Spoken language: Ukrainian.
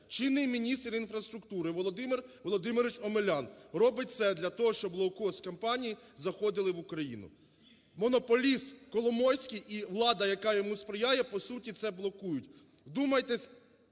чинний міністр інфраструктури Володимир Володимирович Омелян робить все для того, щоб лоукост-компанії заходили в Україну. Монополіст Коломойський і влада, яка йому сприяє, по суті, це блокують. Вдумайтесь